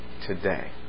today